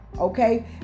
okay